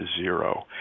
zero